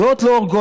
דעות לא הורגות.